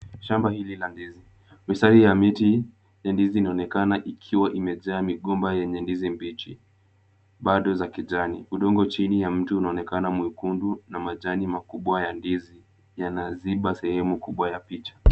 Shamba hili la ndizi. Bustani ya miti ya ndizi inaonekana ikiwa imejaa migomba yenye ndizi mbichi bado za kijani. Udongo chini ya mti unaonekana mwekundu na majani makubwa ya ndizi yanaziba sehemu kubwa ya picha.